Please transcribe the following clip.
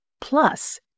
plus